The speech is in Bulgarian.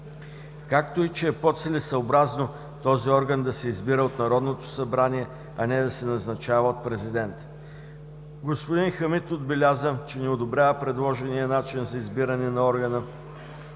както и че е по-целесъобразно този орган да се избира от Народното събрание, а не да се назначава от президента. Господин Хамид отбеляза, че не одобрява предложения начин за избиране на органа,